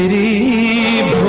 a